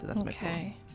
Okay